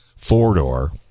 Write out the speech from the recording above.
four-door